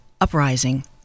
uprising